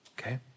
okay